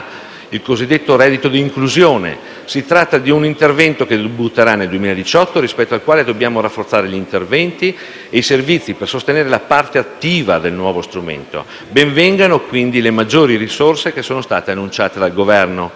(il cosiddetto reddito di inclusione). Si tratta di un intervento che debutterà nel 2018, rispetto al quale dobbiamo rafforzare gli interventi e i servizi per sostenere la parte attiva del nuovo strumento. Ben vengano, quindi, le maggiori risorse annunciate dal Governo.